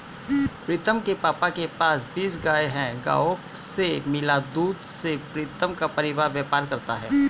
प्रीतम के पापा के पास बीस गाय हैं गायों से मिला दूध से प्रीतम का परिवार व्यापार करता है